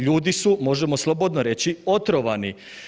Ljudi su, možemo slobodno reći, otrovani.